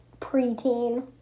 preteen